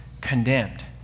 condemned